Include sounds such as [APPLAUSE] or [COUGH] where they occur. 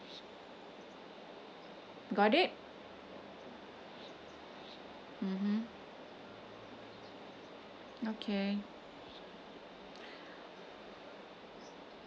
got it mmhmm okay [BREATH]